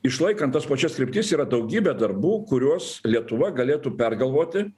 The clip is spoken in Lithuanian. išlaikant tas pačias kryptis yra daugybė darbų kuriuos lietuva galėtų pergalvoti